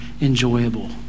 enjoyable